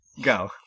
Go